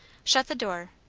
shut the door,